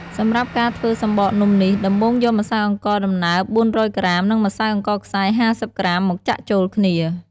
សម្រាប់ការធ្វើសំបកនំនេះដំបូងយកម្សៅអង្ករដំណើប ៤០០ក្រាម និងម្សៅអង្ករខ្សាយ៥០ក្រាមមកចាក់ចូលគ្នា។